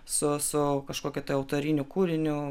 su sukažkiu tai autoriniu kūriniu